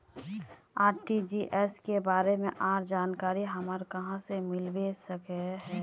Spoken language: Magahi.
आर.टी.जी.एस के बारे में आर जानकारी हमरा कहाँ से मिलबे सके है?